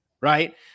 right